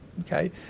okay